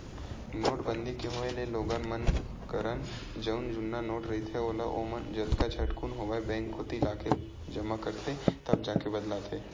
नोटबंदी के होय ले लोगन मन करन जउन जुन्ना नोट रहिथे ओला ओमन जतका झटकुन होवय बेंक कोती लाके जमा करथे तब जाके बदलाथे